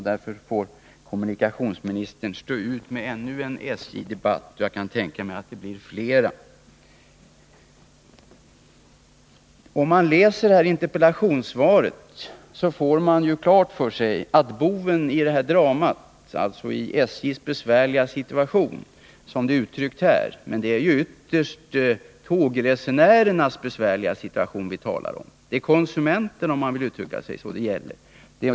Därför får kommunikationsministern stå ut med ännu en SJ-debatt, och jag kan tänka mig att det blir flera. När man läser interpellationssvaret får man klart för sig att boven i dramat är SJ:s besvärliga situation. Men det är ytterst tågresenärernas besvärliga situation vi talar om. Det är konsumenterna det gäller.